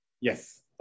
Yes